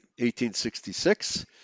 1866